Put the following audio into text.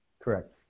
Correct